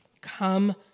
come